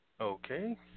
Okay